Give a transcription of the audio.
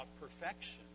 perfection